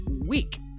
week